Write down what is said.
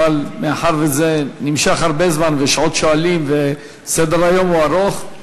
אבל מאחר שזה נמשך הרבה זמן ויש עוד שואלים וסדר-היום הוא ארוך,